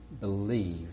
believe